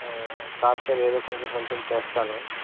software ఏదో కొంచెం కొంచెం చేస్తాను